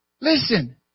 Listen